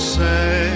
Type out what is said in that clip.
say